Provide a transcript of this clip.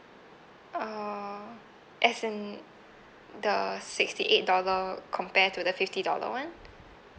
uh as in the sixty eight dollar compare to the fifty dollar one